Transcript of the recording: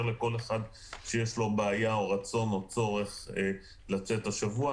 לכל אחד שיש לו בעיה או רצון או צורך לצאת השבוע.